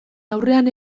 aurrean